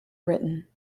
written